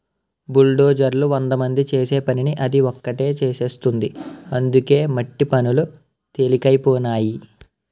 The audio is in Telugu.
బుల్డోజర్లు వందమంది చేసే పనిని అది ఒకటే చేసేస్తుంది అందుకే మట్టి పనులు తెలికైపోనాయి